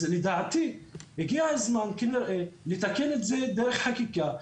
אז לדעתי הגיע הזמן כנראה לתקן את זה דרך חקיקה.